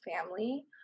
family